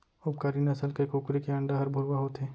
उपकारी नसल के कुकरी के अंडा हर भुरवा होथे